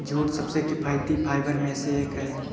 jute सबसे किफायती fibre में से एक है